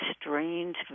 strange